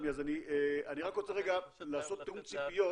אז אני רוצה רגע לעשות תיאום ציפיות.